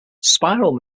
spiral